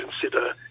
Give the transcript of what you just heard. consider